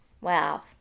Wow